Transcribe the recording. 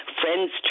friends